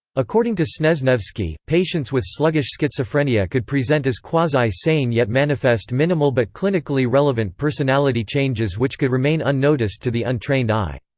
according to snezhnevsky, patients with sluggish schizophrenia could present as quasi sane yet manifest minimal but clinically relevant personality changes which could remain unnoticed to the untrained eye.